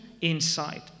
inside